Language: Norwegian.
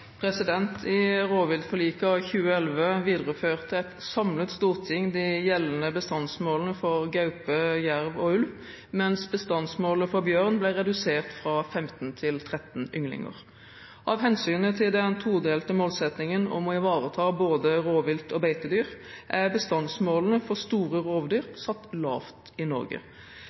I rovviltforliket av 2011 videreførte et samlet storting de gjeldende bestandsmålene for gaupe, jerv og ulv, mens bestandsmålet for bjørn ble redusert fra 15 til 13 ynglinger. Av hensyn til den todelte målsettingen om å ivareta både rovvilt og beitedyr er bestandsmålene for store rovdyr